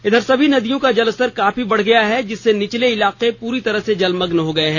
इधर सभी नदियों का जलस्तर काफी बढ़ गया है जिससे निचले इलाके पूरी तरह से जलमग्न हो गए हैं